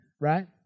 right